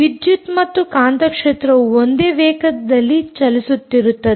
ವಿದ್ಯುತ್ ಮತ್ತು ಕಾಂತ ಕ್ಷೇತ್ರವು ಒಂದೇ ವೇಗದಲ್ಲಿ ಚಲಿಸುತ್ತಿರುತ್ತದೆ